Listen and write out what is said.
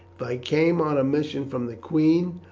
if i came on a mission from the queen,